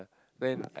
then